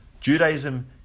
Judaism